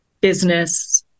business